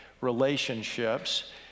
relationships